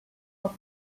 for